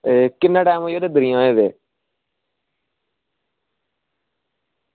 एह् किन्ना टैम होए दा दद्दरी होए दे